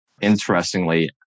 Interestingly